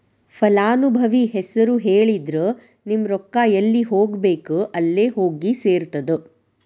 ಫಲಾನುಭವಿ ಹೆಸರು ಹೇಳಿದ್ರ ನಿಮ್ಮ ರೊಕ್ಕಾ ಎಲ್ಲಿ ಹೋಗಬೇಕ್ ಅಲ್ಲೆ ಹೋಗಿ ಸೆರ್ತದ